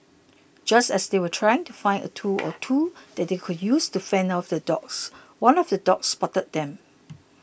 just as they were trying to find a tool or two that they could use to fend off the dogs one of the dogs spotted them